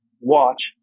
watch